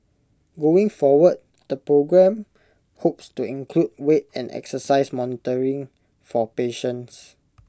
going forward the programme hopes to include weight and exercise monitoring for patients